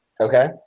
Okay